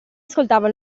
ascoltava